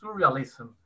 surrealism